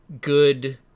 good